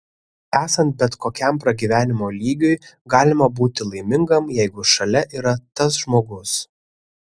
esant bet kokiam pragyvenimo lygiui galima būti laimingam jeigu šalia yra tas žmogus